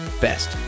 best